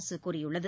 அரசு கூறியுள்ளது